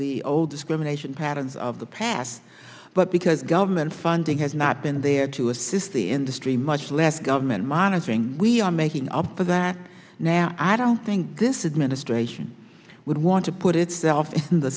the old discrimination patterns of the past but because government funding has not been there to assist the industry much less government monitoring we are making up for that now i don't think this is ministration would want to put itself in the